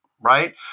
right